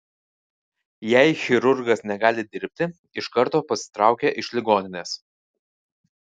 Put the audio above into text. jei chirurgas negali dirbti iš karto pasitraukia iš ligoninės